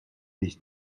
nicht